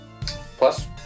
Plus